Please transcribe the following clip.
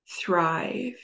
thrive